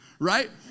right